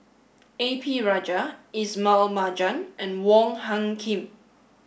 A P Rajah Ismail Marjan and Wong Hung Khim